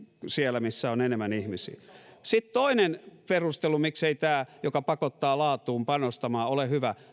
siellä missä on enemmän ihmisiä sitten toinen perustelu sille miksei tämä malli joka pakottaa laatuun panostamaan ole hyvä